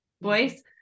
voice